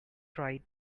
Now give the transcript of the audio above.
try